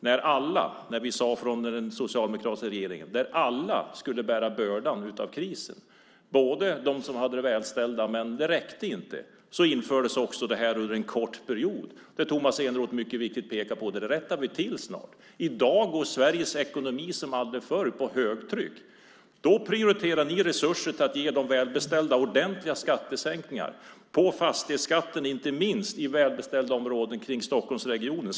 I det läget sade vi från den socialdemokratiska regeringen att alla skulle bära bördan av krisen, även de välbeställda. Det räckte emellertid inte, och därför infördes detta under en kort period. Men som Tomas Eneroth mycket riktigt påpekade rättade vi snart till det. I dag går Sveriges ekonomi på högvarv, och då prioriterar ni de välbeställda genom att ge dem ordentliga skattesänkningar. Inte minst gäller det fastighetsskatten i välbeställda områden i Stockholmsregionen.